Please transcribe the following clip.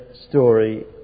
story